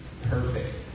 perfect